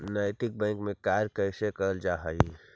नैतिक बैंक में कार्य कैसे करल जा हई